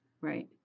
right